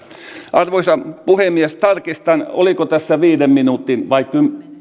arvoisa puhemies tarkistan oliko tässä viisi minuuttia vai